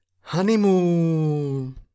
honeymoon